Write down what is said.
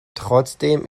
trotzdem